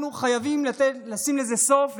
אנחנו חייבים לשים לזה סוף.